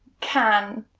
can.